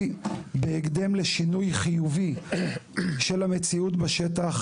בהקדם לשינוי חיובי של המציאות בשטח,